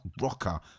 rocker